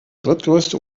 drittgrößte